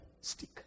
stick